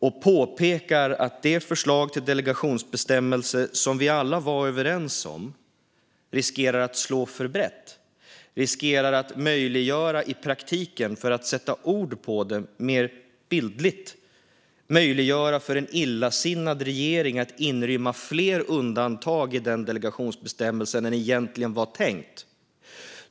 Man påpekar att det förslag till delegationsbestämmelser som vi alla var överens om riskerar att slå för brett och i praktiken möjliggöra för en, för att sätta mer bildliga ord på det, illasinnad regering att inrymma fler undantag i den delegationsbestämmelsen än det egentligen var tänkt.